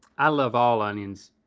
i love all onions.